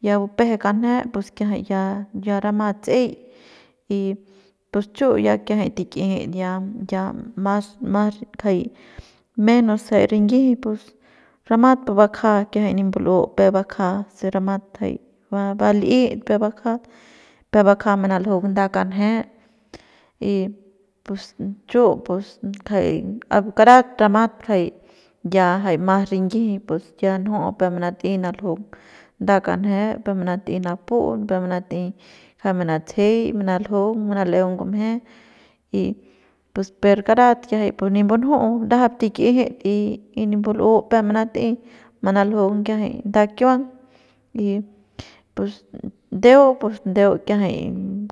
Ya bupeje kanje pus kiajay ya ya rama tse'ey y pus chu ya kiajay tik'ijit ya ya mas mas kjay menos jay rinyiji pus ramat pu bakja kiajay nimbul'u peuk bakja kiajay se ramat va li'ik peuk bakja peuk bakja manaljung nda kanje y pus chu pus ngajay karat ramat ngajay ya jay mas rinyiji pus ya nju'u peuk manat'ey naljung nda kanje peuk manat'ey napu'un peuk manat'ey jay manatsejey jay manaljung manal'eung ngumje y pus per karat kiajay nip mbunju ndajap tik'ijit y nip mbul'u peuk manat'ey manaljung kiajay nda kiuang y pus ndeu pus ndeu kiajay